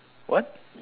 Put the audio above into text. what